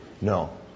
No